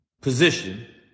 position